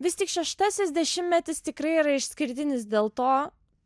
vis tik šeštasis dešimtmetis tikrai yra išskirtinis dėl to